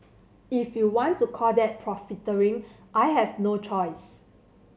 if you want to call that profiteering I have no choice